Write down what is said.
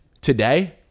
today